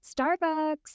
Starbucks